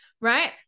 right